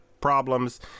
problems